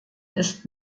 ist